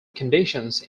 conditions